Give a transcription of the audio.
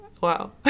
Wow